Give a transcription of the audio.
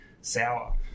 sour